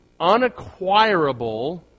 unacquirable